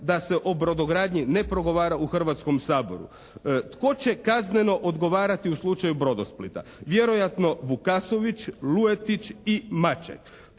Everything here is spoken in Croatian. da se o brodogradnji ne progovara u Hrvatskom saboru. Tko će kazneno odgovarati u slučaju Brodosplita? Vjerojatno Vukasović, Lujetić i Maček.